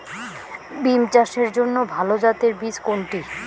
বিম চাষের জন্য ভালো জাতের বীজ কোনটি?